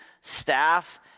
staff